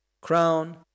crown